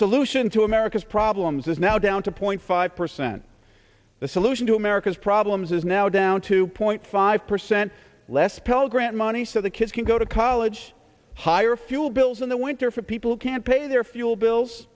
solution to america's problems is now down to point five percent the solution to america's problems is now down two point five percent less pole grant money so the kids can go to college higher fuel bills in the winter for people can't pay their fuel bills